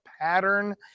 pattern